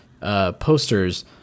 posters